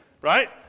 right